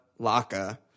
Laka